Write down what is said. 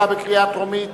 התשס"ט-2009,